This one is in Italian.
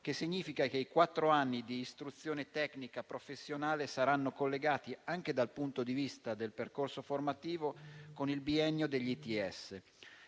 che significa che i quattro anni di istruzione tecnico-professionale saranno collegati, anche dal punto di vista del percorso formativo, con il biennio degli ITS.